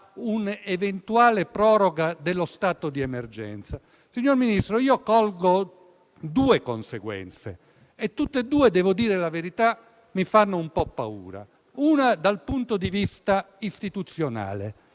un'eventuale proroga dello stato di emergenza? Signor Ministro, io colgo due conseguenze ed entrambe - devo dire la verità - mi fanno un po' paura. Una dal punto di vista istituzionale: